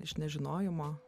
iš nežinojimo